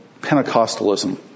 Pentecostalism